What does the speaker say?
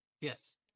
yes